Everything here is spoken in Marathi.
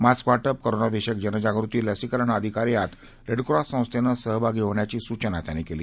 मास्क वाटप कोरोनाविषयक जनजागृती लसीकरण आदी कार्यात रेड क्रॉस संस्थेनं सहभागी होण्याची सूचना त्यांनी केली